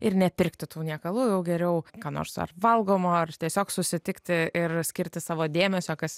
ir nepirkti tų niekalų jau geriau ką nors valgomo ar tiesiog susitikti ir skirti savo dėmesio kas